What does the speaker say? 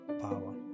power